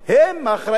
הם האחראים,